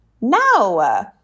No